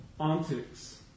antics